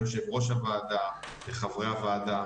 ליושב ראש הוועדה, לחברי הוועדה,